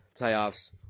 playoffs